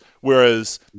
Whereas